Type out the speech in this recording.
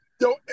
Yo